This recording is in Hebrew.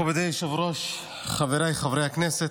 מכובדי היושב-ראש, חבריי חברי הכנסת,